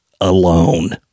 alone